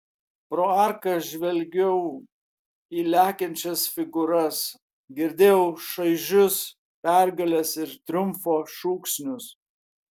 pro arką žvelgiau į lekiančias figūras girdėjau šaižius pergalės ir triumfo šūksnius